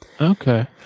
Okay